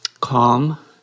calm